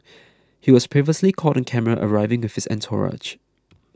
he was previously caught on camera arriving with his entourage